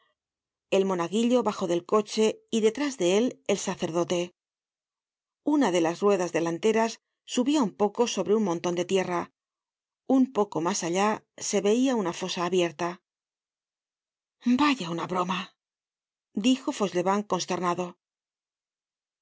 el monaguillo bajó del coche y detrás de él el sacerdote una de las ruedas delanteras subia un poco sobre un monton de tierra un poco mas allá se veia una fosa abierta vaya una broma dijo